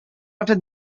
after